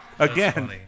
Again